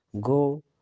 go